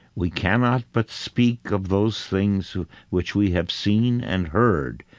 we cannot but speak of those things which we have seen and heard,